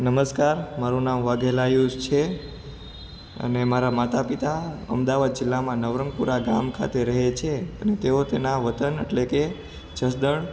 નમસ્કાર મારું નામ વાધેલા આયુસ છે અને મારા માતા પિતા અમદાવાદ જિલ્લામાં નવરંગપુરા ગામ ખાતે રહે છે અને તેઓ તેમના વતન અટલે કે જસડર